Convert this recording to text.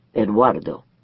Eduardo